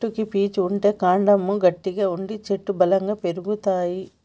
చెట్లకు పీచు ఉంటే కాండము గట్టిగా ఉండి చెట్లు బలంగా పెరుగుతాయి